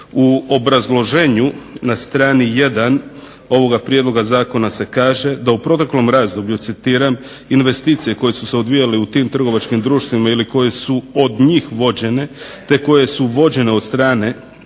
U obrazloženju na strani 1 ovoga prijedloga zakona se kaže da u protekom razdoblju, citiram, investicije koje su se odvijale u tim trgovačkim društvima ili koje su od njih vođene te koje su vođene od strane